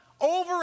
over